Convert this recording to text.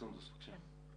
סונדוס, בבקשה.